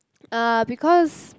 uh because